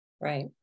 Right